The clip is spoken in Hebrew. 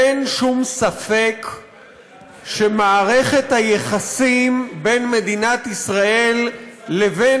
אין שום ספק שמערכת היחסים בין מדינת ישראל לבין